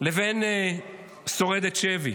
לבין שורדת שבי.